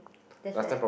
that's right